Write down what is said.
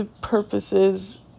purposes